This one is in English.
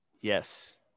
Yes